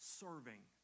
serving